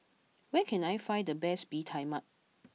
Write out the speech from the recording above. where can I find the best Bee Tai Mak